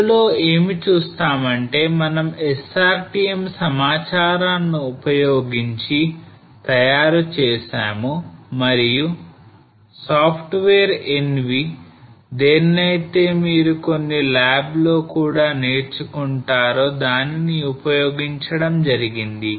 ఇందులో ఏమి చూస్తామంటే మనం SRTM సమాచారాన్నిను ఉపయోగించి తయారు చేసాము మరియు సాఫ్ట్వేర్ NV దేనినైతే మీరు కొన్ని ల్యాబ్ లో కూడా నేర్చుకుంటారో దానిని ఉపయోగించడం జరిగింది